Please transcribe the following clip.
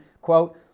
quote